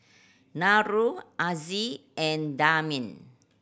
Nurul Aziz and Damia